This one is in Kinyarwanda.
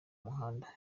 muhanda